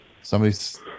Somebody's